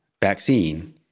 vaccine